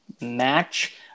match